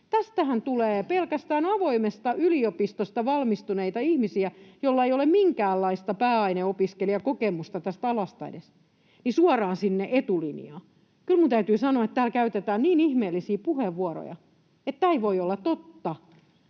Tässähän tulee pelkästään avoimesta yliopistosta valmistuneita ihmisiä, joilla ei ole edes minkäänlaista pääaineopiskelijakokemusta tästä alasta, suoraan sinne etulinjaan. Kyllä minun täytyy sanoa, että täällä käytetään niin ihmeellisiä puheenvuoroja, että tämä ei voi olla totta.